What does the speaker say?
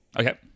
Okay